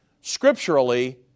Scripturally